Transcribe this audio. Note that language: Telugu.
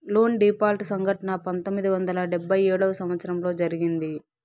లోన్ డీపాల్ట్ సంఘటన పంతొమ్మిది వందల డెబ్భై ఏడవ సంవచ్చరంలో జరిగింది